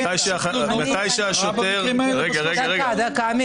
מתי שהשוטר --- דקה, עמית.